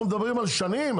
אנחנו מדברים על שנים,